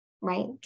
right